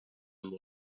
amb